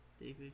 David